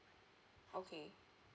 okay